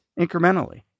incrementally